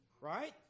right